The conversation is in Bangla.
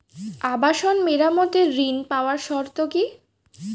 আবাসন মেরামতের ঋণ পাওয়ার শর্ত কি?